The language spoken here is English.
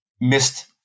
missed